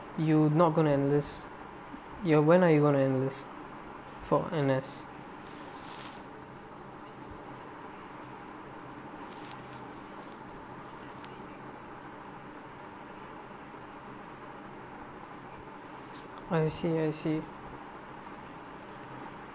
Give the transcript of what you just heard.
you not going to enlist ya when are you going to enlist from N_S I see I see